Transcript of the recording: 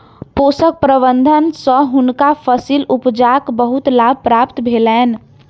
पोषक प्रबंधन सँ हुनका फसील उपजाक बहुत लाभ प्राप्त भेलैन